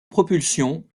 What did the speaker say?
propulsion